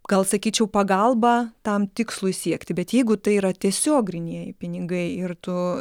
gal sakyčiau pagalba tam tikslui siekti bet jeigu tai yra tiesiog grynieji pinigai ir tu